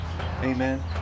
Amen